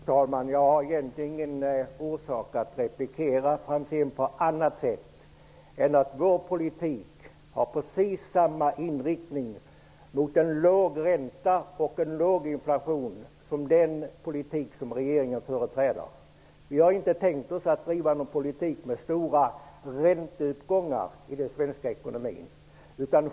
Herr talman! Jag har egentligen ingen orsak att replikera Franzén på annat sätt än genom att säga att vår politik har precis samma inriktning mot en låg ränta och en låg inflation som den politik som regeringen företräder. Vi har inte tänkt driva en politik med stora ränteuppgångar i den svenska ekonomin.